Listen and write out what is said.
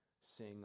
sing